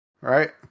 Right